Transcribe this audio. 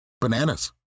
Bananas